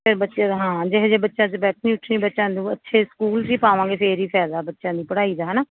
ਫਿਰ ਬੱਚੇ ਦਾ ਹਾਂ ਜਿਹੋ ਜਿਹੇ ਬੱਚਿਆਂ 'ਚ ਬੈਠਣੀ ਉੱਠਣੀ ਬੱਚਿਆਂ ਦੀ ਉਹ ਅੱਛੇ ਸਕੂਲ 'ਚ ਪਾਵਾਂਗੇ ਫੇਰ ਹੀ ਫਾਇਦਾ ਬੱਚਿਆਂ ਦੀ ਪੜ੍ਹਾਈ ਦਾ ਹੈ ਨਾ